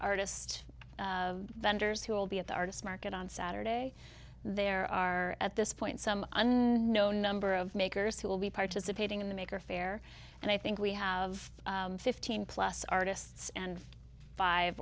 artist vendors who will be at the artists market on saturday there are at this point some unknown number of makers who will be participating in the maker faire and i think we have fifteen plus artists and five